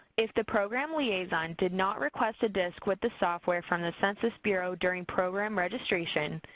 if the program liaison did not request a disc with the software from the census bureau during program registration,